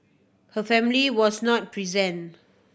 her family was not present